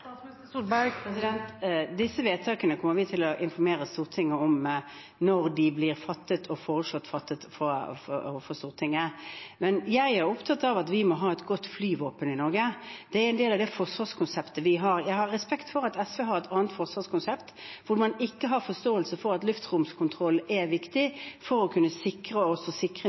Disse vedtakene kommer vi til å informere Stortinget om når de blir foreslått fattet, men jeg er opptatt av at vi må ha et godt flyvåpen i Norge. Det er en del av det forsvarskonseptet vi har. Jeg har respekt for at SV har et annet forsvarskonsept, hvor man ikke har forståelse for at luftromskontroll er viktig for å kunne sikre oss og sikre